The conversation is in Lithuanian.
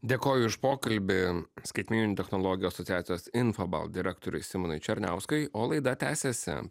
dėkoju už pokalbį skaitmeninių technologijų asociacijos infobalt direktoriui simonui černiauskui o laida tęsiasi